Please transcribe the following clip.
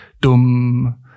dum